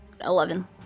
Eleven